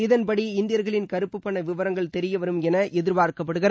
இதன்படி இந்தியர்களின் கருப்புப்பண விவரங்கள் தெரிய வரும் என எதிர்பார்க்கப்படுகிறது